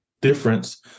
difference